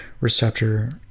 receptor